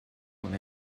con